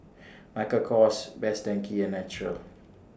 Michael Kors Best Denki and Naturel